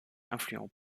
influent